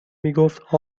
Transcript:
میگفت